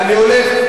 אני הולך,